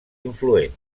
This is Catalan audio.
influents